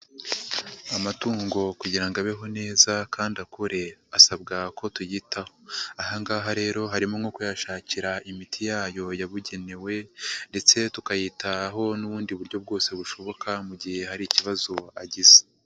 Amatungo kugira ngo abeho neza kandi akure asabwa ko tuyitaho, aha ngaha rero harimo nko kuyashakira imiti yayo yabugenewe ndetse tukayitaho n'ubundi buryo bwose bushoboka mu gihe hari ikibazo agize.